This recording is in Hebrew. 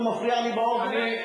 הוא מפריע לי באוזן.